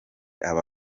aba